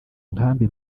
nkambi